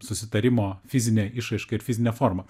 susitarimo fizinė išraiška ir fizinė forma